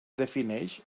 defineix